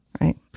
right